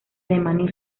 alemania